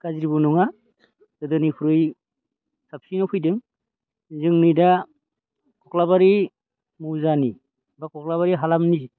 गाज्रिबो नङा गोदोनिख्रुइ साबसिनाव फैदों जोंनि दा कख्लाबारि मौजानि बा कख्लाबारि हालामनि